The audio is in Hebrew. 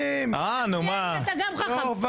צריך עניינית ויש לך כאן פיצול שהוא טוב